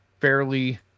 fairly